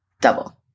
double